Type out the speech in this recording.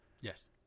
Yes